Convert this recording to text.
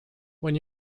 when